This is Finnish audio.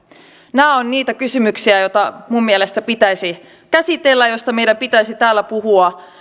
nämä ovat niitä kysymyksiä joita minun mielestäni pitäisi käsitellä joista meidän pitäisi täällä puhua